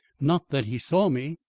not that he saw me.